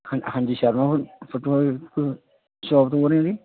ਹ ਹਾਂਜੀ ਸ਼ਰਮਾ ਫੁਟਵੀਅਰ ਤੋਂ ਸ਼ੋਪ ਤੋਂ ਬੋਲ ਰਹੇ ਜੀ